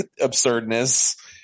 absurdness